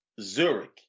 Zurich